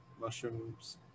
mushrooms